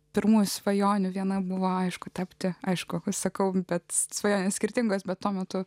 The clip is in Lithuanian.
pirmųjų svajonių viena buvo aišku tapti aišku sakau bet svajonės skirtingos bet tuo metu